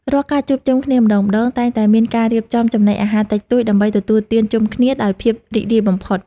រាល់ការជួបជុំគ្នាម្ដងៗ តែងតែមានការរៀបចំចំណីអាហារតិចតួច ដើម្បីទទួលទានជុំគ្នាដោយភាពរីករាយបំផុត។